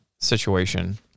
situation